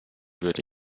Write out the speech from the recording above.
würde